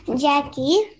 Jackie